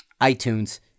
iTunes